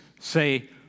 say